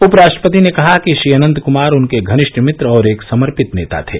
उपराष्ट्रपति ने कहा कि श्री अनंत क्मार उनके घनिष्ठ मित्र और एक समर्पित नेता थे